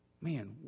man